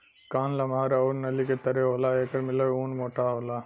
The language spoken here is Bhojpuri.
कान लमहर आउर नली के तरे होला एसे मिलल ऊन मोटा होला